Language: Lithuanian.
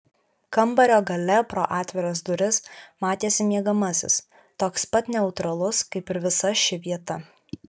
kambario gale pro atviras duris matėsi miegamasis toks pat neutralus kaip ir visa ši vieta